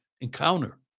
encounter